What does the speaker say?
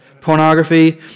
Pornography